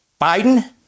Biden